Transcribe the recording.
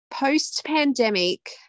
Post-pandemic